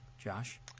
Josh